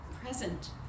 present